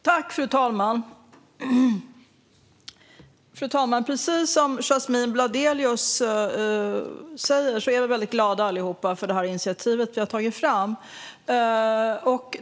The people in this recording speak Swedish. Fru talman! Precis som Yasmine Bladelius säger är vi allihop väldigt glada över det initiativ vi har tagit fram.